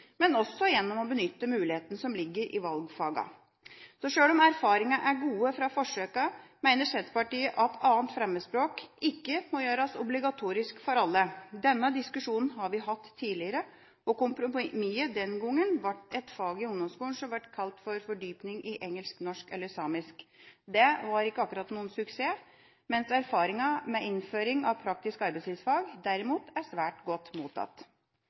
også gjennom å benytte mulighetene som ligger i valgfagene. Sjøl om erfaringene er gode fra forsøkene, mener Senterpartiet at 2. fremmedspråk ikke må gjøres obligatorisk for alle. Denne diskusjonen har vi hatt tidligere, og kompromisset den gangen ble et fag i ungdomsskolen som ble kalt for fordypning i norsk, engelsk eller samisk. Det var ikke akkurat noen suksess, mens erfaringa med innføring av praktisk arbeidslivsfag, derimot, er svært godt mottatt.